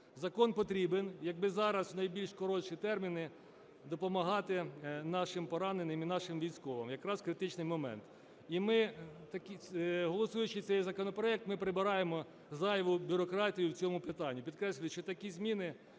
Закон потрібен, якби зараз в найбільш коротші терміни допомагати нашим пораненим і нашим військовим, якраз в критичний момент. І ми, голосуючи цей законопроект, ми прибираємо зайву бюрократію в цьому питанні.